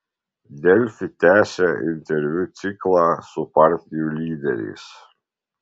delfi tęsia interviu ciklą su partijų lyderiais